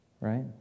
right